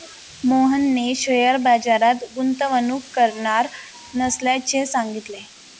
मोहनने शेअर बाजारात गुंतवणूक करणार नसल्याचे सांगितले